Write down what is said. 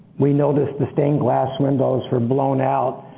we noticed the stained glass windows were blown out.